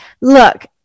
Look